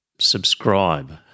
subscribe